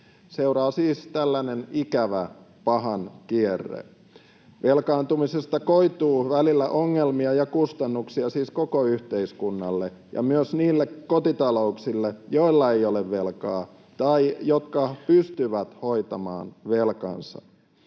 Seuraa siis tällainen ikävä pahan kierre. Velkaantumisesta koituu välillä ongelmia ja kustannuksia siis koko yhteiskunnalle ja myös niille kotitalouksille, joilla ei ole velkaa tai jotka pystyvät hoitamaan velkansa.